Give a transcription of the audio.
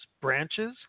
branches